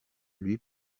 lui